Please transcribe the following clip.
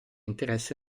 interesse